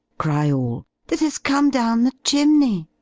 cry all, that has come down the chimney.